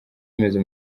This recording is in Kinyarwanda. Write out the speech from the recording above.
bimeze